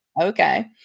Okay